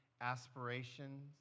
aspirations